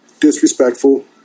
disrespectful